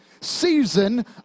season